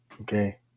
okay